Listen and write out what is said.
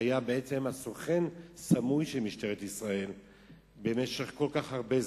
שהיה בעצם סוכן סמוי של משטרת ישראל במשך כל כך הרבה זמן,